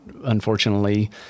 unfortunately